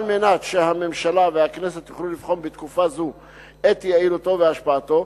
על מנת שהממשלה והכנסת יוכלו לבחון בתקופה זו את יעילותו והשפעתו.